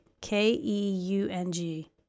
K-E-U-N-G